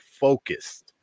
focused